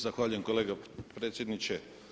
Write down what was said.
Zahvaljujem kolega predsjedniče.